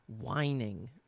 Whining